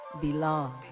belong